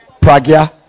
Pragya